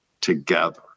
together